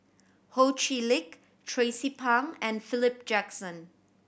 Ho Chee Lick Tracie Pang and Philip Jackson